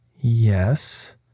Yes